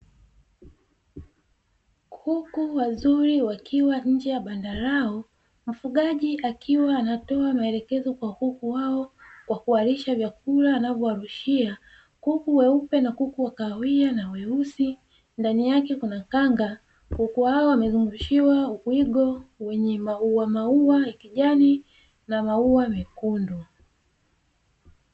Kuku wazuri wakiwa nje ya banda lao mfugaji akiwa anatoa maelekezo kwa kuku wao kwa kuwalisha vyakula anavyowarushia, kuku weupe na kuku wakawia na weusi ndani yake kuna kanga kuku wao wamezungushwa wigo wenye maua maua ya kijani na maua mekundu.